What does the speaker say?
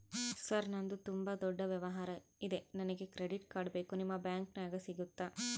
Sir ನಂದು ತುಂಬಾ ದೊಡ್ಡ ವ್ಯವಹಾರ ಇದೆ ನನಗೆ ಕ್ರೆಡಿಟ್ ಕಾರ್ಡ್ ಬೇಕು ನಿಮ್ಮ ಬ್ಯಾಂಕಿನ್ಯಾಗ ಸಿಗುತ್ತಾ?